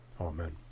Amen